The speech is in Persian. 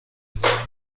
نگاه